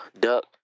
duck